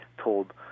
told